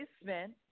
basement